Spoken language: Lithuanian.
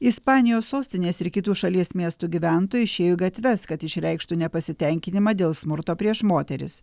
ispanijos sostinės ir kitų šalies miestų gyventojai išėjo į gatves kad išreikštų nepasitenkinimą dėl smurto prieš moteris